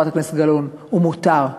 חברת הכנסת גלאון הוא מותר,